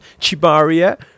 Chibaria